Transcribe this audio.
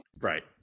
right